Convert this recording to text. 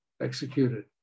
executed